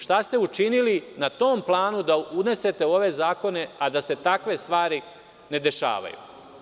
Šta ste učinili na tom planu da unesete u ove zakone, a da se takve stvari ne dešavaju?